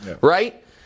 right